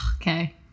Okay